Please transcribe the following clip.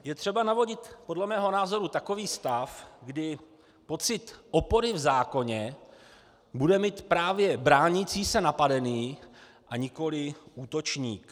Je třeba navodit podle mého názoru takový stav, kdy pocit opory v zákoně bude mít právě bránící se napadený, a nikoliv útočník.